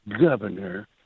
governor